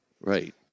Right